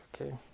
okay